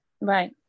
Right